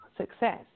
Success